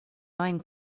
neuen